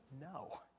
No